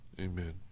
Amen